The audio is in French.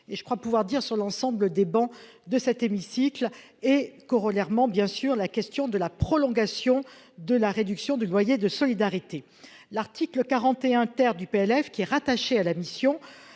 et je crois pouvoir dire sur l'ensemble des bancs de cet hémicycle et corollairement bien sur la question de la prolongation de la réduction du loyer de solidarité, l'article 41, terre du PLF qui est rattaché à la mission